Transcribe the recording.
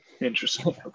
interesting